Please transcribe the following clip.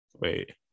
Wait